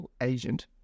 agent